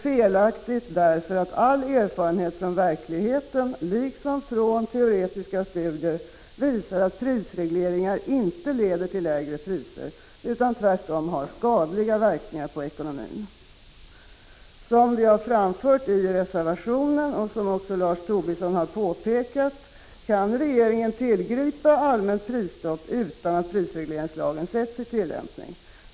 Felaktigt därför att all erfarenhet från verkligheten, liksom från teoretiska studier, visar att prisregleringar inte leder till lägre priser, utan tvärtom har skadliga verkningar på ekonomin. Som vi har framfört i reservationen — vilket också Lars Tobisson har påpekat — kan regeringen tillgripa allmänt prisstopp utan att prisregleringslagen sätts i tillämpning.